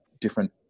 different